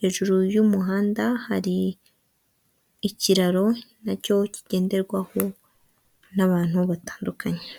hejuru y'umuhanda hari ikiraro nacyo kigenderwaho n'abantu batandukanye.